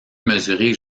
mesurer